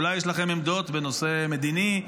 אולי יש לכם עמדות בנושא מדיני,